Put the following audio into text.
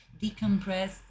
decompress